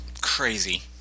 crazy